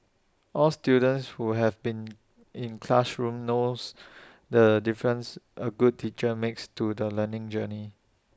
all students who have been in classrooms knows the difference A good teacher makes to the learning journey